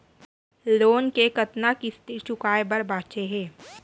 Loan के कतना किस्ती चुकाए बर बांचे हे?